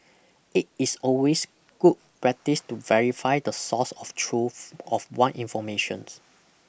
it is always good practice to verify the source of truth of one informations